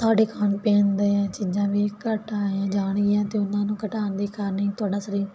ਤੁਹਾਡੇ ਖਾਣ ਪੀਣ ਦੇ ਚੀਜ਼ਾਂ ਵੀ ਘੱਟ ਆ ਜਾਣੀਆ ਤੇ ਉਹਨਾਂ ਨੂੰ ਘਟਾਣ ਦੇ ਕਾਰਨ ਹੀ ਤੁਹਾਡਾ ਸਰੀਰ